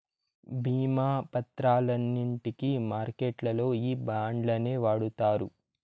భీమా పత్రాలన్నింటికి మార్కెట్లల్లో ఈ బాండ్లనే వాడుతారు